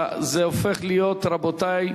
זה הופך להיות, רבותי,